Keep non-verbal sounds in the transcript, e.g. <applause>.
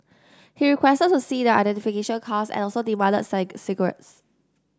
he requested to see their identification cards and also demanded <unintelligible> cigarettes